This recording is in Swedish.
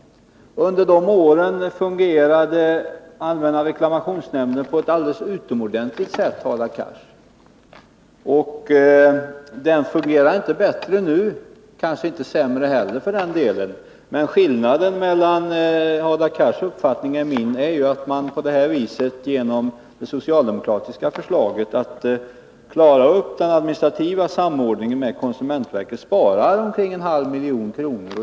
Under de åren fungerade allmänna reklamationsnämnden på ett alldeles utmärkt sätt, Hadar Cars. Den fungerar inte bättre nu — kanske inte sämre heller för den delen, men skillnaden mellan Hadar Cars uppfattning och min uppfattning är att man genom det socialdemokratiska förslaget att klara upp den administrativa samordningen med konsumentverket sparar omkring en halv miljon.